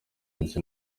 ndetse